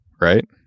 Right